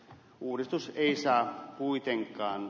uudistus ei saa kuitenkaan